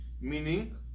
Meaning